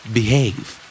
Behave